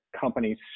companies